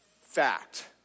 fact